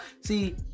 See